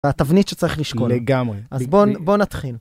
התבנית שצריך לשקול, לגמרי, אז בוא נתחיל.